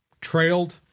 trailed